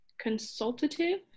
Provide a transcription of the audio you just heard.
consultative